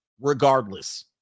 regardless